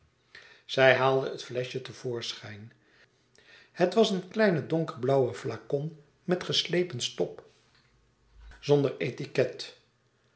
zij haalde het fleschje te voorschijn het was een kleine donkerblauwe flacon met geslepen stop zonder